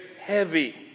heavy